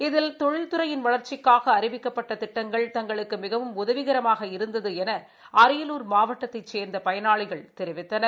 இதில் தொழில் துறையின் வளர்ச்சிக்காக அறிவிக்கப்பட்ட திட்டங்கள் தங்களுக்கு மிகவும் உதவிகரமாக இருந்தது என அரியலூர் மாவட்டத்தைச் சேர்ந்த பயனாளிகள் தெரிவித்தனர்